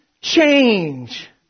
change